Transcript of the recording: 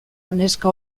neska